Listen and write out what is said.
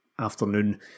afternoon